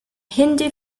hindu